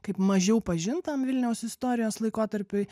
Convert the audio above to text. kaip mažiau pažintam vilniaus istorijos laikotarpiui